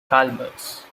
chalmers